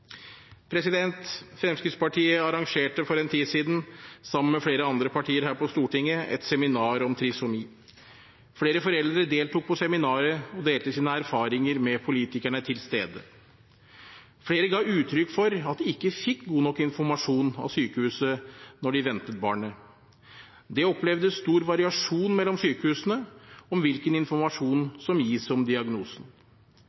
Fremskrittspartiet arrangerte for en tid siden sammen med flere andre partier her på Stortinget et seminar om trisomi. Flere foreldre deltok på seminaret og delte sine erfaringer med politikerne til stede. Flere ga uttrykk for at de ikke fikk god nok informasjon av sykehuset da de ventet barnet. De opplevde stor variasjon mellom sykehusene i hvilken